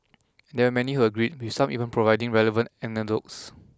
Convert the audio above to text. and there many who agreed with some even providing relevant anecdotes